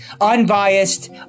Unbiased